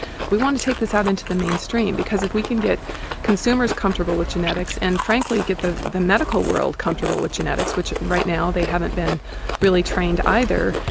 we want to take this out into the mainstream because if we can get consumers comfortable with genetics and frankly get the the medical world comfortable with genetics which right now they haven't been really trained either,